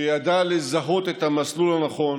שידע לזהות את המסלול הנכון